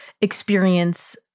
experience